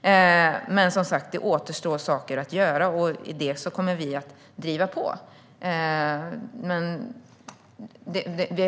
Men det återstår saker att göra, och här kommer vi att driva på. Budgeten